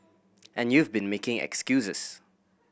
and you've been making excuses